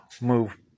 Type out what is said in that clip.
move